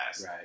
Right